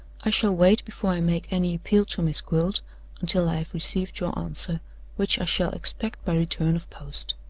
i shall wait before i make any appeal to miss gwilt until i have received your answer which i shall expect by return of post.